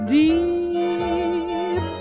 deep